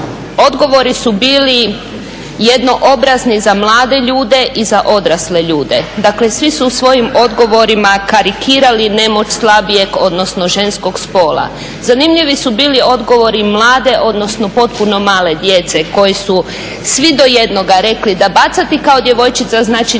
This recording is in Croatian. Odgovori su bili jednoobrazni za mlade ljude i za odrasle ljude. Dakle, svi su u svojim odgovorima karikirali nemoć slabijeg, odnosno ženskog spola. Zanimljivi su bili odgovori mlade, odnosno potpuno male djece koji su svi do jednoga rekli da bacati kao djevojčica znači najbolje